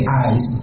eyes